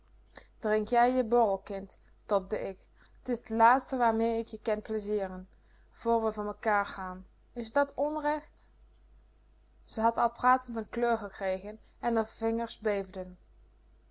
drink jij je borrel kind tobde ik t is t laatste waarmee k je ken plezieren voor we van mekaar gaan is dat onrecht ze had al pratend n kleur gekregen en r vingers